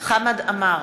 חמד עמאר,